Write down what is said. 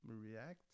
react